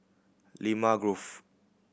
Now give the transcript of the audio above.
Limau Grove